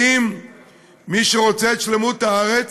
האם מי שרוצה את שלמות הארץ